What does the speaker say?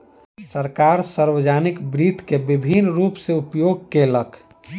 सरकार, सार्वजानिक वित्त के विभिन्न रूप सॅ उपयोग केलक